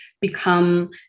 become